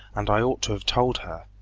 and i ought to have told her.